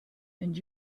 and